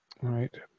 Right